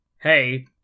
Hey